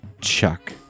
Chuck